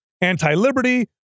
Anti-liberty